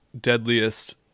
deadliest